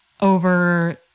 Over